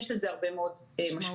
יש לזה הרבה מאוד משמעויות.